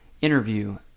interview